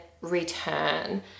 return